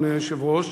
אדוני היושב-ראש,